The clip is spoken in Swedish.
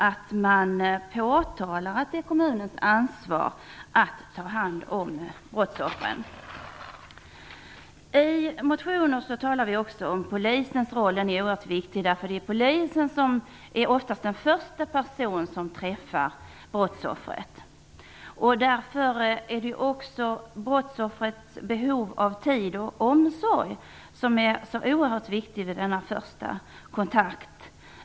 Man skall påtala att det finns ett ekonomiskt ansvar att ta hand om brottsoffren. I motionen talar vi också om polisens roll, som är oerhört viktig. Det är oftast en polis som är den förste person som träffar brottsoffret. Brottsoffrets behov av tid och omsorg är oerhört viktigt vid denna första kontakt.